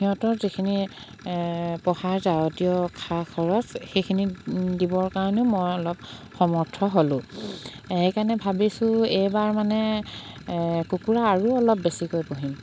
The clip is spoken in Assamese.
সিহঁতৰ যিখিনি পঢ়াৰ যাৱতীয় খা খৰচ সেইখিনি দিবৰ কাৰণেও মই অলপ সমৰ্থ হ'লোঁ সেইকাৰণে ভাবিছোঁ এইবাৰ মানে কুকুৰা আৰু অলপ বেছিকৈ পুহিম